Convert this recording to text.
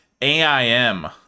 AIM